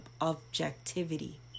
objectivity